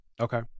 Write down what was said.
Okay